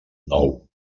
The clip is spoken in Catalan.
nou